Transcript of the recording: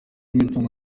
mitungo